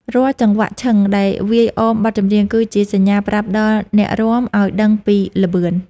រាល់ចង្វាក់ឈឹងដែលវាយអមបទចម្រៀង គឺជាសញ្ញាប្រាប់ដល់អ្នករាំឱ្យដឹងពីល្បឿន។